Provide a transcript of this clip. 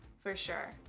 for sure.